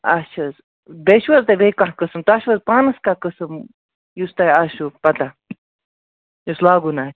اچھا حظ بیٚیہِ چھُو حظ تۄہہِ بیٚیہِ کانہہ قٕسٕم تۄہہِ چھُو حظ پانَس کانہہ قٕسٕم یُس تۄہہِ آسیو پَتہ یُس لاگُن آسہِ